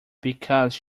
because